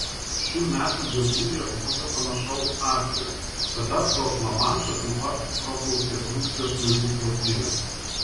šių metų gegužę būta panašaus atvejo tada pro lamanšą taip pat praplaukė rusijos laivų flotilė